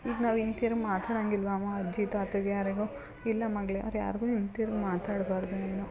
ಈಗ ನಾವು ಹಿಂದ್ ತಿರ್ಗಿ ಮಾತಾಡಂಗಿಲ್ಲವಾ ಅಮ್ಮ ಅಜ್ಜಿ ತಾತಗೆ ಯಾರಿಗೂ ಇಲ್ಲ ಮಗಳೇ ಅವ್ರು ಯಾರಿಗೂ ಹಿಂದ್ ತಿರ್ಗಿ ಮಾತಾಡಬಾರ್ದು ನೀನು